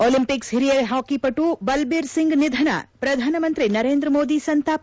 Olympics ಹಿರಿಯ ಹಾಕಿಪಟು ಬಳ್ಲೀರ್ ಸಿಂಗ್ ನಿಧನ ಪ್ರಧಾನ ಮಂತ್ರಿ ನರೇಂದ್ರ ಮೋದಿ ಸಂತಾಪ